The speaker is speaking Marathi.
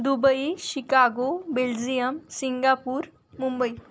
Dubai Chicago Belgium Singapore Mumbai